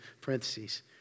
parentheses